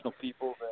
people